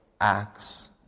acts